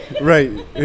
right